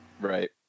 Right